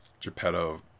Geppetto